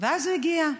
ואז הוא הגיע.